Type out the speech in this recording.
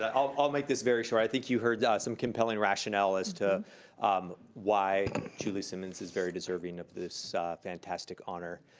ah i'll i'll make this very short. i think you heard yeah some compelling rationale as to um why julie simmons is very deserving of this fantastic honor.